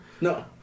No